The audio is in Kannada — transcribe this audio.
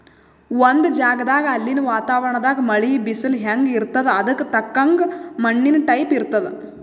ಒಂದ್ ಜಗದಾಗ್ ಅಲ್ಲಿನ್ ವಾತಾವರಣದಾಗ್ ಮಳಿ, ಬಿಸಲ್ ಹೆಂಗ್ ಇರ್ತದ್ ಅದಕ್ಕ್ ತಕ್ಕಂಗ ಮಣ್ಣಿನ್ ಟೈಪ್ ಇರ್ತದ್